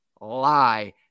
lie